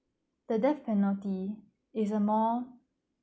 the death penalty is a more